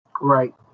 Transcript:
Right